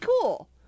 cool